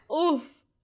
Oof